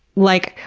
like,